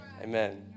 Amen